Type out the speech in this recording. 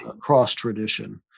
cross-tradition